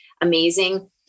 amazing